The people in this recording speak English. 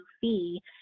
fee